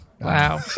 Wow